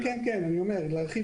כן, להרחיב